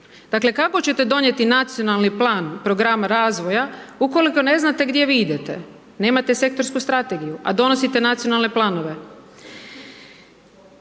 Dakle, kako ćete donijeti nacionalni plan programa razvoja ukoliko ne znate gdje vi idete, nemate sektorsku strategiju a donosite nacionalne planove.